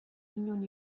inon